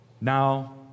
Now